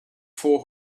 four